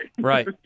Right